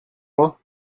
moi